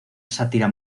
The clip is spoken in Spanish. sátira